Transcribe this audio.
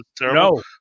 no